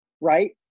right